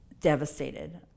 devastated